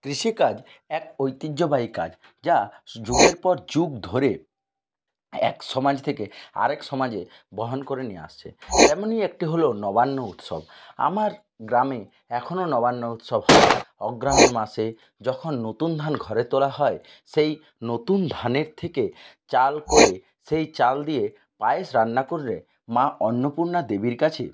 কৃষিকাজ এক ঐতিহ্যবাহী কাজ যা যুগের পর যুগ ধরে এক সমাজ থেকে আরেক সমাজে বহন করে নিয়ে আসছে তেমনি একটি হল নবান্ন উৎসব আমার গ্রামে এখনো নবান্ন উৎসব হয় অগ্রহায়ণ মাসে যখন নতুন ধান ঘরে তোলা হয় সেই নতুন ধানের থেকে চাল করে সেই চাল দিয়ে পায়েস রান্না করে মা অন্নপূর্ণা দেবীর কাছে